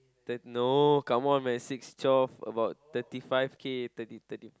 thir~ no come on man six twelve about thirty five K thirty thirty